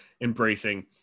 embracing